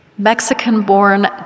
Mexican-born